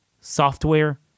software